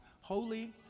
holy